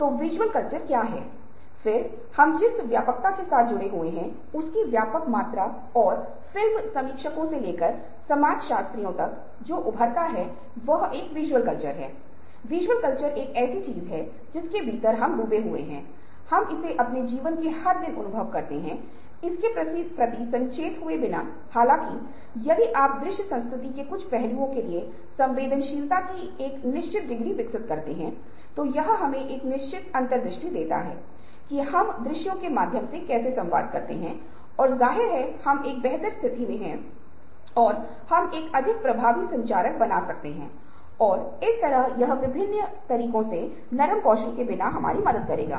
एक तरफ बाएं मस्तिष्क का तार्किक सोच है और दूसरी तरफ दाहिने मस्तिष्क की कल्पनाशील वन्य सोच है आप दोनों के बीच कूदते हैं और अपने ज्ञान और अंतर्ज्ञान आधार का निर्माण करते हैं